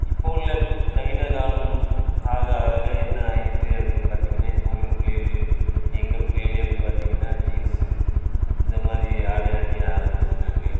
இப்போ உள்ள நவீன காலம் ஆக ஆக என்ன ஆயிட்டு அப்படின்னு பார்த்தீங்கன்னா இப்போ உள்ள பிள்ளைகளே எங்கள் பிள்ளைகளே அப்படி பார்த்தீங்கன்னா ஜீன்ஸு இந்த மாதிரி ஆடை அணிய ஆரம்பிச்சிருக்காங்க